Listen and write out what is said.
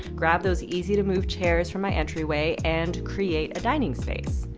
grab those easy-to-move chairs from my entryway, and create a dining space.